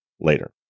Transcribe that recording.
later